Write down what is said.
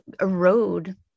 erode